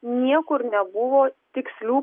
niekur nebuvo tikslių